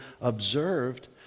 observed